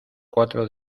cuatro